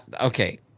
Okay